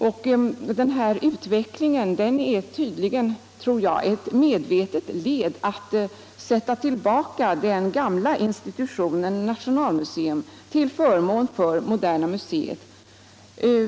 Jag tror att man medvetet försöker hålla tillbaka den gamla institutionen nationalmuseum till förmån för moderna museet.